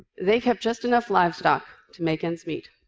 they kept just enough livestock to make ends meet